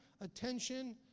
attention